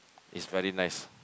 is very nice